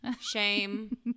shame